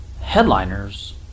headliners